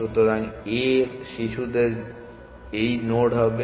সুতরাং a এর শিশুদের এই নোড হবে